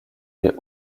les